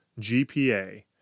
GPA